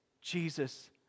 Jesus